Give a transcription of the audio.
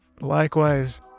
likewise